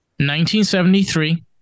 1973